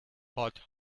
pot